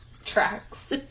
tracks